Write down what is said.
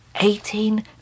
Eighteen